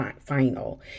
final